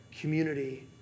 community